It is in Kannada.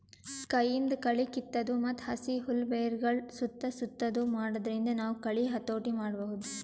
ಕೈಯಿಂದ್ ಕಳಿ ಕಿತ್ತದು ಮತ್ತ್ ಹಸಿ ಹುಲ್ಲ್ ಬೆರಗಳ್ ಸುತ್ತಾ ಸುತ್ತದು ಮಾಡಾದ್ರಿಂದ ನಾವ್ ಕಳಿ ಹತೋಟಿ ಮಾಡಬಹುದ್